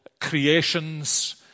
creations